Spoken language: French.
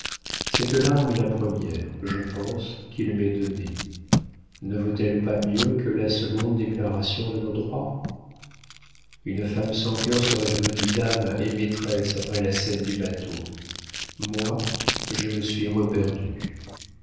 cette larme est la première je pense qu'il m'ait donnée ne vaut-elle pas mieux que la seconde déclaration de nos droits une femme sans cœur serait devenue dame et maîtresse après la scène du bateau moi je me suis reperdue